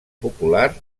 popular